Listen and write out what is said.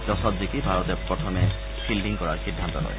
টছত জিকি ভাৰতে প্ৰথমে ফিল্ডিং কৰাৰ সিদ্ধান্ত লয়